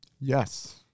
Yes